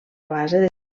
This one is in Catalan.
base